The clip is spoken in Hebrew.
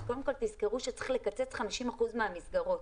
קודם כל תזכרו שצריך לקצץ 50 אחוזים מהמסגרות.